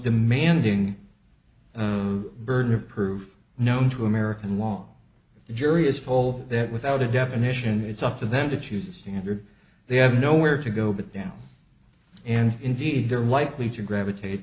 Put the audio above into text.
demanding burden of proof known to american law the jury is paul that without a definition it's up to them to choose a standard they have nowhere to go but down and indeed there are likely to gravitate